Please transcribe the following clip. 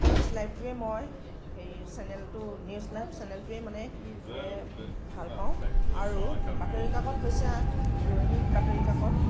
news লাইভটোয়েই মই সেই চেনেলটো নিউজ লাইভ চেনেলটোয়েই মানে ভাল পাওঁ আৰু বাতৰি কাকত হৈছে দৈনিক বাতৰি কাকত